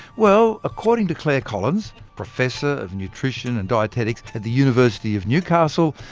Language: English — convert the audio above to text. well, according to claire collins, professor of nutrition and dietetics at the university of newcastle,